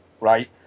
right